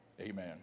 Amen